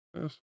yes